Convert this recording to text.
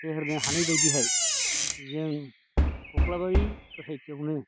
फेहेरनो हानाय बायदियै जों कख्लाबारि ससाइटिआवनो